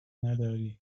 نداری